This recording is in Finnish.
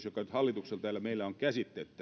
joka nyt täällä meillä on käsittelyssä